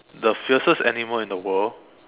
the fiercest animal in the world